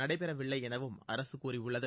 நடைபெறவில்லை எனவும் அரசு கூறியுள்ளது